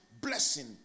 blessing